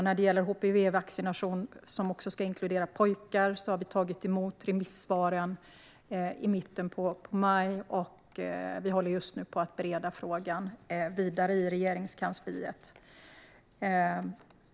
När det gäller HPV-vaccination som också ska inkludera pojkar tog vi emot remissvaren i mitten av maj. Vi håller just nu på att bereda frågan i Regeringskansliet.